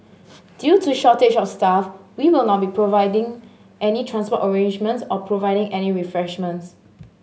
due to shortage of staff we will not be providing any transport arrangements or providing any refreshments